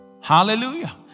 Hallelujah